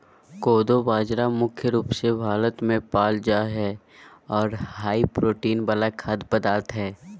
कोदो बाजरा मुख्य रूप से भारत मे पाल जा हय आर हाई प्रोटीन वाला खाद्य पदार्थ हय